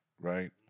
right